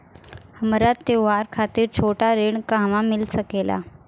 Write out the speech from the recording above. हमरा त्योहार खातिर छोटा ऋण कहवा मिल सकेला?